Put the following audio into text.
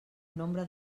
nombre